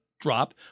drop